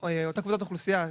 היא נועדה לכלל נכי צה"ל.